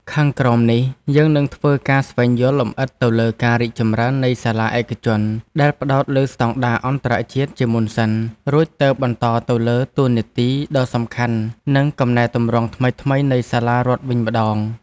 ខាងក្រោមនេះ យើងនឹងធ្វើការស្វែងយល់លម្អិតទៅលើការរីកចម្រើននៃសាលាឯកជនដែលផ្ដោតលើស្ដង់ដារអន្តរជាតិជាមុនសិន រួចទើបបន្តទៅលើតួនាទីដ៏សំខាន់និងកំណែទម្រង់ថ្មីៗនៃសាលារដ្ឋវិញម្ដង។